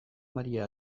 maria